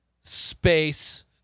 space